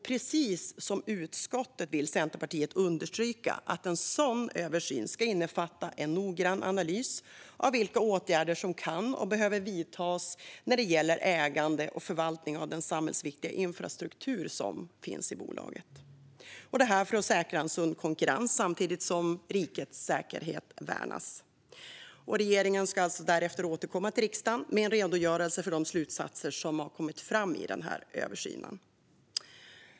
Precis som utskottet vill Centerpartiet understryka att en sådan översyn ska innefatta en noggrann analys av vilka åtgärder som kan och behöver vidtas när det gäller ägande och förvaltning av den samhällsviktiga infrastruktur som finns i bolaget - detta för att säkra en sund konkurrens samtidigt som rikets säkerhet värnas. Regeringen ska alltså därefter återkomma till riksdagen med en redogörelse för de slutsatser som kommit fram i översynen.